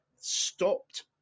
stopped